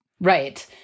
Right